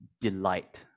delight